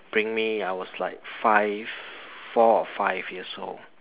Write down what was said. bring me I was like five four or five years old